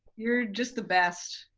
you're just the best.